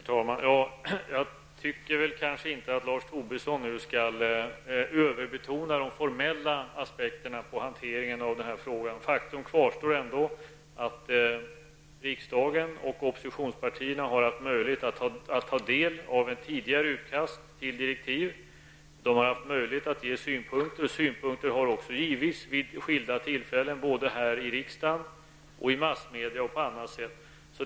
Herr talman! Jag tycker kanske inte att Lars Tobisson skall överbetona de formella aspekterna på hanteringen av denna fråga. Faktum kvarstår att riksdagen och oppositionspartierna har haft möjlighet att ta del av ett tidigare utkast till direktiv. Man har haft möjlighet att ge synpunkter, vilket också har skett både här i riksdagen, i massmedia och på annat sätt.